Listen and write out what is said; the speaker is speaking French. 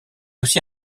aussi